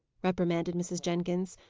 reprimanded mrs. jenkins.